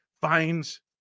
finds